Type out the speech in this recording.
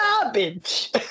garbage